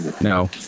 No